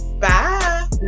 Bye